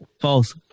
False